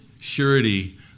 surety